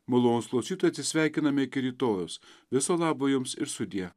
malonūs klausytojai atsisveikiname iki rytojaus viso labo jums ir sudie